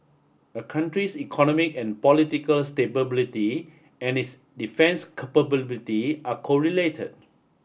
a country's economic and political and its defence capability are correlated